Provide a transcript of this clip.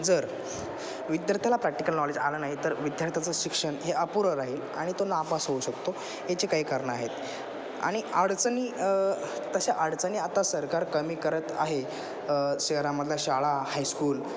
जर विद्यार्थ्याला practical knowledge आलं नाही तर विद्यार्थ्याचं शिक्षण हे अपुरं राहील आणि तो नापास होऊ शकतो याचे काही कारणं आहेत आणि अडचणी तशा अडचणी आता सरकार कमी करत आहे शहरामधला शाळा हायस्कूल